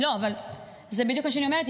אבל זה בדיוק מה שאני אומרת,